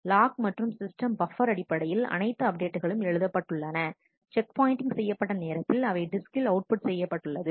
lock மற்றும் system buffer அடிப்படையில் அனைத்து அப்டேட்களும் எழுதப்பட்டுள்ளன செக் பாயின்ட்டிங் செய்யப்பட்ட நேரத்தில் அவை டிஸ்கில் அவுட்புட் செய்யப்பட்டுள்ளது